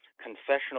confessional